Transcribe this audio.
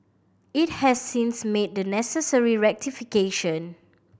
it has since made the necessary rectification